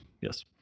Yes